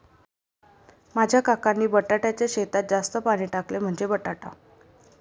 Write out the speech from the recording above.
माझ्या काकांनी बटाट्याच्या शेतात जास्त पाणी टाकले, म्हणजे बटाटा